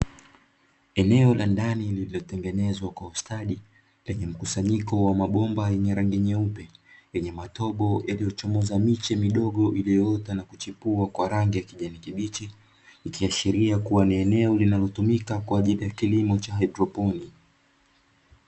Eneo la ndani lililotengenezwa kwa ustadi lenye mkusanyiko wa mabomba yenye rangi nyeupe, yenye matobo yaliyochomoza miche midogo iliyoota na kuchipua kwa rangi ya kijani kibichi. Ikiashiria kuwa ni eneo linalotumika kwa ajili ya kilimo cha haidroponi.